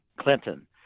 Clinton